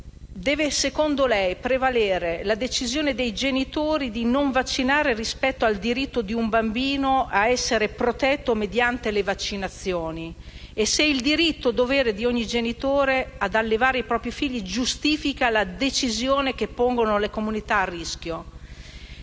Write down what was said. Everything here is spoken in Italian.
secondo lei, deve prevalere la decisione dei genitori di non vaccinare rispetto al diritto di un bambino ad essere protetto mediante le vaccinazioni? Il diritto-dovere di ogni genitore ad allevare i propri figli giustifica le decisioni che pongono la comunità a rischio?